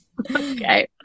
okay